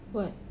what